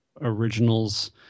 originals